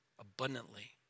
Abundantly